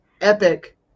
epic